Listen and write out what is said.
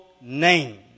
name